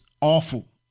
awful